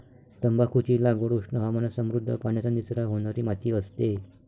तंबाखूची लागवड उष्ण हवामानात समृद्ध, पाण्याचा निचरा होणारी माती असते